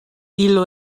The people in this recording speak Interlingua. illo